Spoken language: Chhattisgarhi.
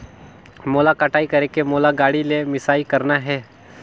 मोला कटाई करेके मोला गाड़ी ले मिसाई करना हे?